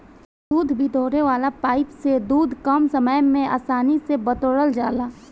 दूध बटोरे वाला पाइप से दूध कम समय में आसानी से बटोरा जाला